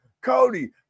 Cody